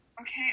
okay